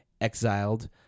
exiled